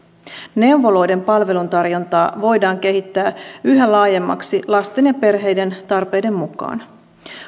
neuvoloiden palveluntarjontaa voidaan kehittää yhä laajemmaksi lasten ja perheiden tarpeiden mukaan